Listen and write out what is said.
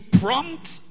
prompt